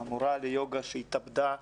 המורה ליוגה שהתאבדה,